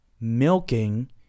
milking